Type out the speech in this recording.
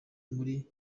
muri